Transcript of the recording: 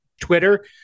Twitter